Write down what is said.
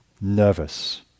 nervous